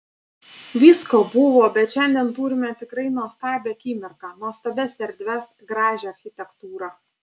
visko buvo bet šiandien turime tikrai nuostabią akimirką nuostabias erdves gražią architektūrą